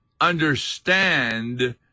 understand